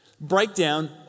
breakdown